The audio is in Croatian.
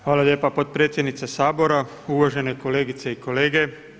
Hvala lijepa potpredsjednice Sabora, uvažene kolegice i kolege.